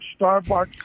Starbucks